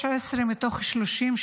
16 מתוך 30,